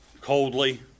coldly